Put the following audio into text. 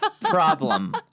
problem